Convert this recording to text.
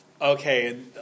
Okay